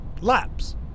laps